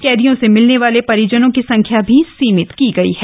कैदियों से मिलने वाले परिजनों की संख्या भी सीमित की गई है